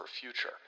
future